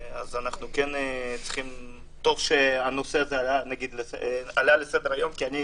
טוב שהנושא עלה לסדר היום כי אני